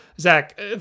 Zach